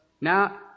now